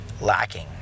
lacking